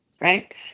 right